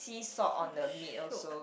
so shiok